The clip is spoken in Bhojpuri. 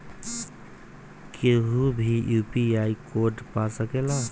केहू भी यू.पी.आई कोड पा सकेला?